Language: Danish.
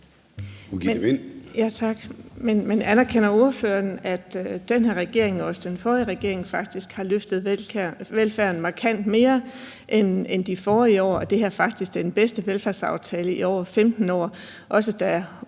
Men anerkender ordføreren, at den her regering og også den forrige regering faktisk har løftet velfærden markant mere end de forrige år, og at det her faktisk er den bedste velfærdsaftale i over 15 år? Heller